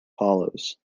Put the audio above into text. follows